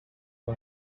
you